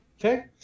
Okay